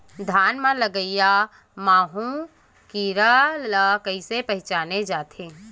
धान म लगईया माहु कीरा ल कइसे पहचाने जाथे?